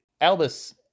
Albus